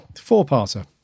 four-parter